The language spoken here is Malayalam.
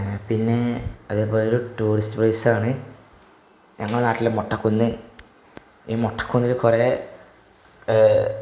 പിന്നെ അതെപോലൊരു ടൂറിസ്റ്റ് പ്ലേസാണ് ഞങ്ങളുടെ നാട്ടിലെ മൊട്ടകുന്ന് ഈ മൊട്ടക്കുന്നിൽ കുറേ